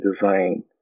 design